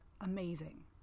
amazing